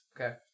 Okay